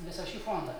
visą šį fondą